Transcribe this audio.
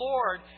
Lord